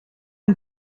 een